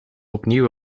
opnieuw